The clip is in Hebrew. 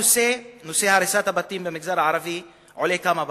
נושא הריסת הבתים במגזר הערבי עולה כמה פעמים,